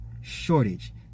shortage